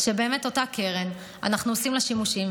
אותה קרן, אנחנו עושים בה שימושים.